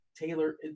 Taylor –